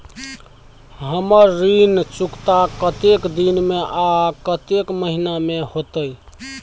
हमर ऋण चुकता कतेक दिन में आ कतेक महीना में होतै?